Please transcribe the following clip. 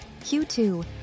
Q2